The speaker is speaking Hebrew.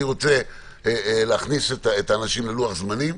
אני רוצה להכניס את האנשים ללוח זמנים.